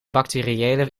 bacteriële